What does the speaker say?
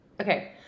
Okay